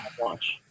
watch